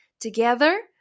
Together